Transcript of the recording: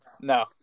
No